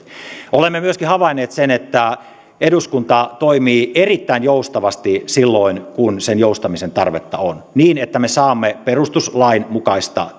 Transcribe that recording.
olemme myöskin havainneet sen että eduskunta toimii erittäin joustavasti silloin kun sen joustamisen tarvetta on niin että me saamme perustuslain mukaista